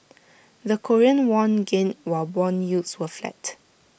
the Korean won gained while Bond yields were flat